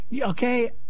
okay